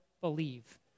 believe